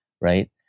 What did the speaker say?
right